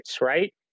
Right